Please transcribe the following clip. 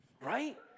right